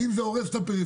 ואם זה הורס את הפריפריה,